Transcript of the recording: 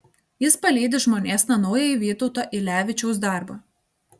jis palydi žmonėsna naująjį vytauto ylevičiaus darbą